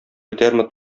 бетәрме